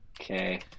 Okay